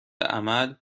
عمل